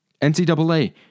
NCAA